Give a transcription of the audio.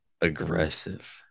aggressive